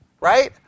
right